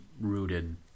rooted